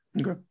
Okay